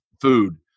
food